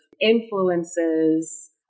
influences